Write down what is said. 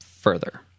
further